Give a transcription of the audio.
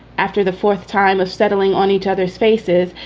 after the fourth time of settling on each other's faces,